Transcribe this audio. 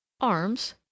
arms